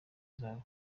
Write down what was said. zabo